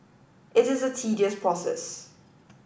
it is a tedious process